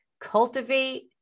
cultivate